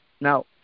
Now